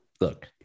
look